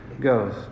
goes